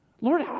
Lord